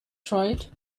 tried